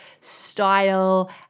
style